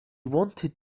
wanted